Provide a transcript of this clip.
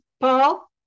Paul